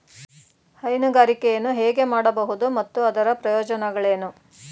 ಹೈನುಗಾರಿಕೆಯನ್ನು ಹೇಗೆ ಮಾಡಬಹುದು ಮತ್ತು ಅದರ ಪ್ರಯೋಜನಗಳೇನು?